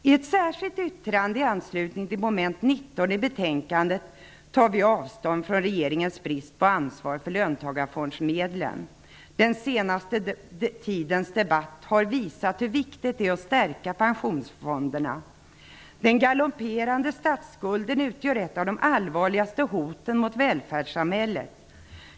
I ett särskilt yttrande i anslutning till mom. 19 i betänkandet tar vi avstånd från regeringens brist på ansvar för löntagarfondsmedlen. Den senaste tidens debatt har visat hur viktigt det är att stärka pensionsfonderna. Den galopperande statsskulden utgör ett av de allvarligaste hoten mot välfärdssamhället.